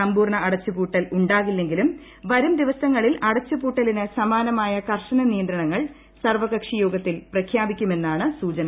സമ്പൂർണ അട്ച്ചുപൂട്ടൽ ഉണ്ടാകില്ലെങ്കിലും വരും ദിവസങ്ങളിൽ അടച്ചുപൂട്ടലിന്റ് സമാനമായ കർശന നിയന്ത്രണങ്ങൾ സർവകക്ഷി യോഗത്തിൽ പ്രഖ്യാപിക്കുമെന്നാണ് സൂചന